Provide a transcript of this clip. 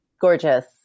gorgeous